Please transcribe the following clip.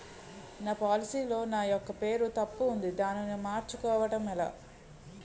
నా పోలసీ లో నా యెక్క పేరు తప్పు ఉంది దానిని మార్చు కోవటం ఎలా?